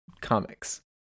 Comics